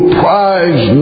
prize